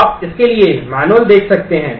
तो आप इसके लिए मैनुअल देख सकते हैं